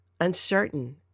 uncertain